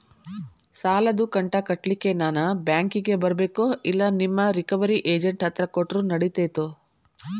ಸಾಲದು ಕಂತ ಕಟ್ಟಲಿಕ್ಕೆ ನಾನ ಬ್ಯಾಂಕಿಗೆ ಬರಬೇಕೋ, ಇಲ್ಲ ನಿಮ್ಮ ರಿಕವರಿ ಏಜೆಂಟ್ ಹತ್ತಿರ ಕೊಟ್ಟರು ನಡಿತೆತೋ?